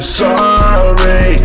sorry